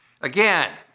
Again